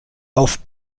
auf